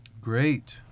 Great